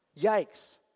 Yikes